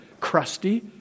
crusty